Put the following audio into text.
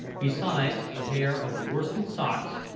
besides a pair of worsted socks,